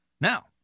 Now